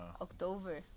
October